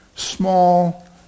small